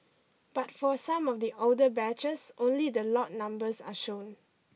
but for some of the older batches only the lot numbers are shown